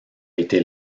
été